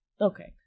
Okay